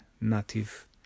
native